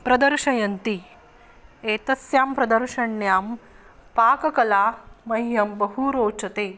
प्रदर्शयन्ति एतस्यां प्रदर्शण्यां पाककला मह्यं बहु रोचते